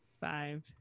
five